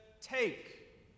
Take